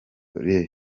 rev